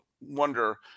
wonder